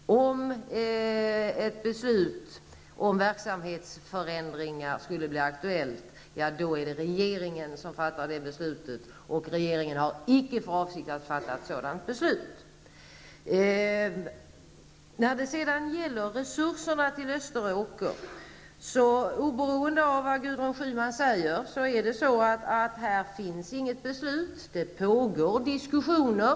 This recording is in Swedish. Om ett beslut om verksamhetsförändringar skulle bli aktuellt, är det regeringen som har att fatta beslutet. Regeringen har icke för avsikt att fatta ett sådant beslut. Oberoende av vad Gudrun Schyman säger finns det inget beslut beträffande resurserna till Österåker. Det pågår diskussioner.